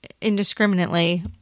indiscriminately